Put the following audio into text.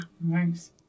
Nice